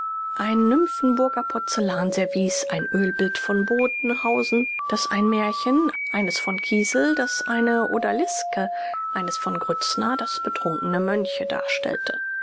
ein nymphenburger porzellanservice ein ölbild von bodenhausen das ein märchen eines von kiesel das eine odaliske eines von grützner das betrunkene mönche darstellte